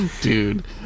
Dude